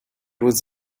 was